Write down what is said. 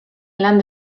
lan